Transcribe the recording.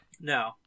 No